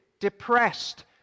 depressed